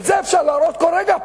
את זה אפשר להראות כל רגע פה.